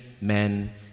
men